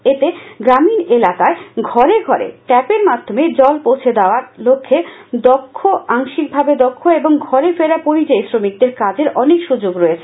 এতে গ্রামীণ এলাকায় ঘরে ঘরে টেপের মাধ্যমে জল পৌছে দেওয়ার লক্ষে দক্ষ আংশিকভাবে দক্ষ এবং ঘরে ফেরা পরিযায়ী শ্রমিকদের কাজের অনেক সুযোগ রয়েছে